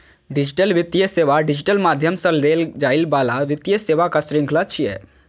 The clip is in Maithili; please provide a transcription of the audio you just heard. डिजिटल वित्तीय सेवा डिजिटल माध्यम सं देल जाइ बला वित्तीय सेवाक शृंखला छियै